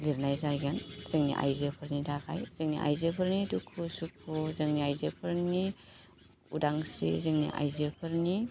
लिरनाय जाहैगोन जोंनि आइजोफोरनि थाखाय जोंनि आइजोफोरनि दुखु सुखु जोनि आइजोफोरनि उदांस्रि जोंनि आइजोफोरनि